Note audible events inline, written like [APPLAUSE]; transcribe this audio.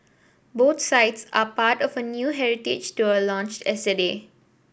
both sites are part of a new heritage tour launched [UNINTELLIGIBLE]